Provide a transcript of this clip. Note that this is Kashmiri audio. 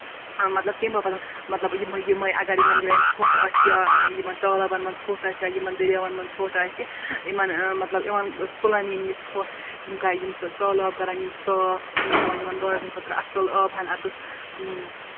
مطلب کَمہِ باپتھ مطلب یِمہٕ یَِمے اگر یِمن جاین ژھۅٹھ آسہِ یا یِمن تَلابَن منٛز ژھۅٹھ آسہِ یا یِمن دٔرۍیاویَن منٛز ژھۅٹھ آسہِ یِمن مطلب یِمن تُلَن یِم یہِ ژھۅٹھ یِم کیٛاہ یِم تَلاب کَرن یِم صاف یم تھاوَن یِمن گاڈَن خٲطرٕ اَصٕل آبہٕ ہن اَتیٚس